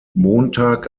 montag